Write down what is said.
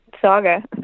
saga